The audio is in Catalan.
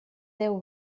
déu